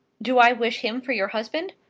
do i wish him for your husband?